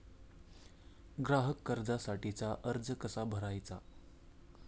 ग्राहक कर्जासाठीचा अर्ज कसा भरायचा?